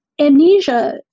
amnesia